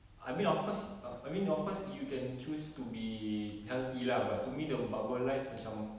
I mean of course uh I mean of course you can choose to be healthy lah but to me the barber life macam